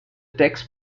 text